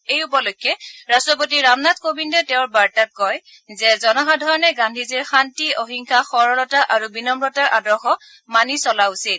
এই উপলক্ষে ৰাট্টপতি ৰামনাথ কোবিন্দে তেওঁৰ বাৰ্তাত কয় যে জনসাধাৰণে গান্ধীজীৰ শান্তি অহিংসা সৰলতা আৰু বিনম্ৰতাৰ আদৰ্শ মানি চলা উচিত